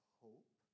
hope